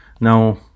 Now